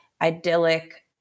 idyllic